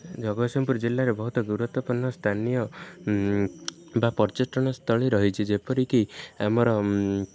ଜଗତସିଂପୁର ଜିଲ୍ଲାରେ ବହୁତ ଗୁରୁତ୍ୱପୂର୍ଣ୍ଣ ସ୍ଥାନୀୟ ବା ପର୍ଯ୍ୟଟନସ୍ଥଳୀ ରହିଛି ଯେପରିକି ଆମର